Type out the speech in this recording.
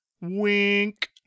wink